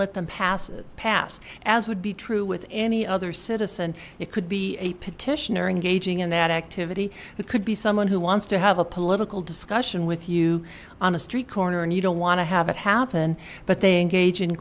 let them pass a pass as would be true with any other citizen it could be a petitioner engaging in that activity it could be someone who wants to have a political discussion with you on a street corner and you don't want to have it happen but they engage in